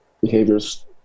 behaviors